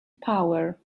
power